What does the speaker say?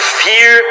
fear